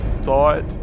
thought